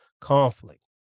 conflict